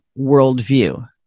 worldview